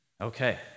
Okay